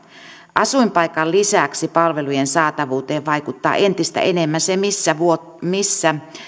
asuinpaikan lisäksi palvelujen saatavuuteen vaikuttaa entistä enemmän se missä